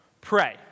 pray